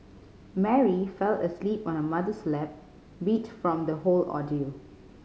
Mary fell asleep on her mother's lap beat from the whole ordeal